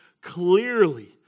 clearly